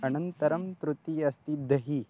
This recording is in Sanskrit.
अनन्तरं तृतीयम् अस्ति दधि